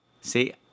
See